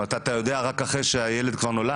זאת אומרת, אתה מקבל מידע רק אחרי שהילד נולד.